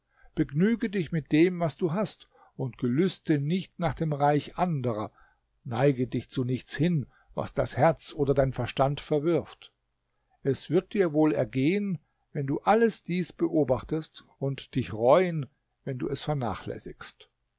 begnüge dich mit dem was du hast und gelüste nicht nach dem reich anderer neige dich zu nichts hin was das gesetz oder dein verstand verwirft es wird dir wohl ergehen wenn du alles dies beobachtest und dich reuen wenn du es vernachlässigst